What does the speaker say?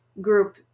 group